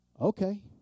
Okay